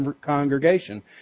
congregation